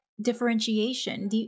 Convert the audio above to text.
differentiation